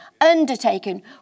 undertaken